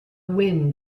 wind